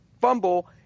fumble